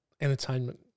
entertainment